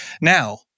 now